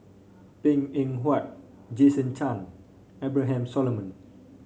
Png Eng Huat Jason Chan Abraham Solomon